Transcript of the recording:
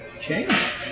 change